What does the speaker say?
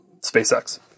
SpaceX